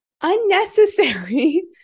unnecessary